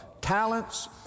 talents